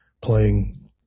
playing